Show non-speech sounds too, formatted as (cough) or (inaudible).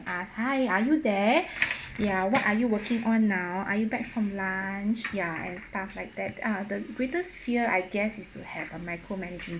ah hi are you there (breath) ya what are you working on now are you back from lunch ya and stuff like that ah the greatest fear I guess is to have a micro managing